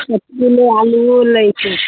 एक किलो आलुओ लैके छै